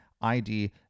ID